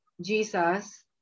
Jesus